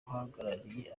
ahagarariye